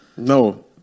No